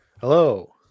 Hello